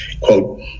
quote